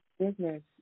business